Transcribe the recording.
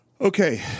Okay